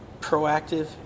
proactive